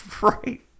Right